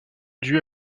due